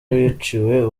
biciwe